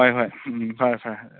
ꯍꯣꯏ ꯍꯣꯏ ꯎꯝ ꯐꯔꯦ ꯐꯔꯦ ꯑꯗꯨꯗꯤ